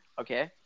okay